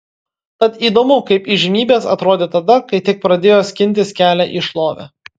tad įdomu kaip įžymybės atrodė tada kai tik pradėjo skintis kelią į šlovę